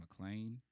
McClain